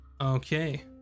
Okay